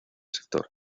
sector